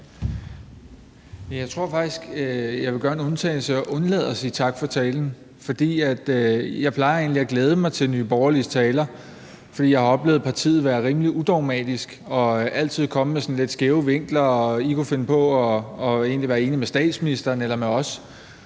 jeg vil gøre en undtagelse og undlade at sige tak for talen, for jeg plejer egentlig at glæde mig til Nye Borgerliges taler, fordi jeg har oplevet partiet være rimelig udogmatisk og altid komme med sådan lidt skæve vinkler – I kan finde på at være enige med statsministeren eller med